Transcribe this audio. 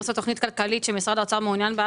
לעשות תוכנית כלכלית שמשרד האוצר מעוניין בה?